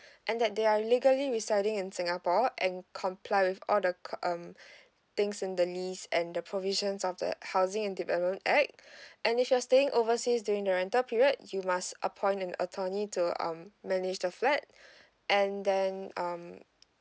and that they are legally residing in singapore and comply with all the co~ um things in the list and the provisions of the housing and development act and if you are staying overseas during the rental period you must appoint an attorney to um manage the flat and then um